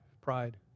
Pride